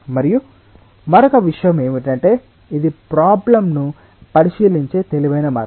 మరియు మరొక విషయం ఏమిటంటే ఇది ప్రాబ్లెమ్ ను పరిశీలించే తెలివైన మార్గం